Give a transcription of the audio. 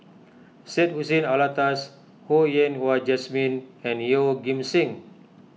Syed Hussein Alatas Ho Yen Wah Jesmine and Yeoh Ghim Seng